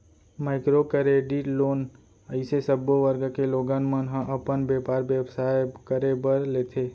micro credit loan अइसे सब्बो वर्ग के लोगन मन ह अपन बेपार बेवसाय करे बर लेथे